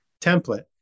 template